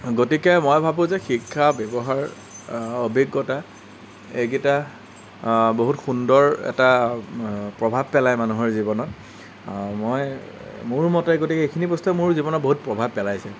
গতিকে মই ভাবো যে শিক্ষা ব্যৱহাৰ অভিজ্ঞতা এইকেইটা বহুত সুন্দৰ এটা প্ৰভাৱ পেলাই মানুহৰ জীৱনত মই মোৰ মতে গতিকে এইখিনি বস্তুৱে মোৰ জীৱনত বহুত প্ৰভাৱ পেলাইছে